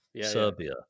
Serbia